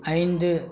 ஐந்து